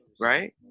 Right